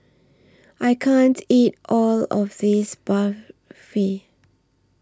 I can't eat All of This Barfi